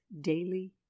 Daily